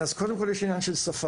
קודם כל, יש את העניין של השפה.